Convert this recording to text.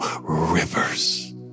rivers